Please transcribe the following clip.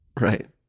Right